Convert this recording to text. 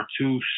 two